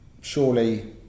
Surely